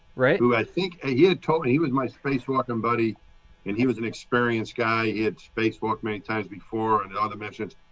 right. i think ah he had told me he was my spacewalking buddy and he was an experienced guy. it's spacewalk many times before and other missions.